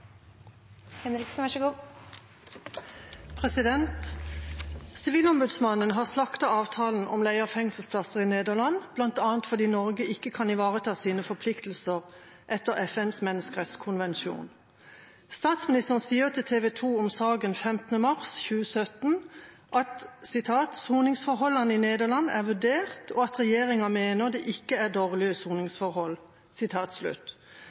har slaktet avtalen om leie av fengselsplasser i Nederland, blant annet fordi Norge ikke kan ivareta sine forpliktelser etter FNs menneskerettskonvensjon. Statsministeren sier til TV om saken 15. mars 2017 at «Soningsforholdene i Nederland er vurdert og at regjeringen mener det ikke er dårlige